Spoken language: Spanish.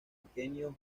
aquenios